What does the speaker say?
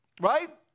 Right